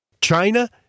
China